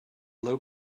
low